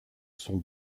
sont